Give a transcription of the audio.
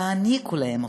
תעניקו להם אותו.